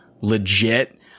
legit